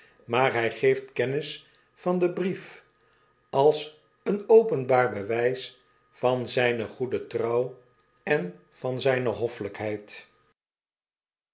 maar hy geeft kennis van den brief als een openbaar bewys van zyne goede trouw en van zyne hoffelykheid